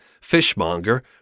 fishmonger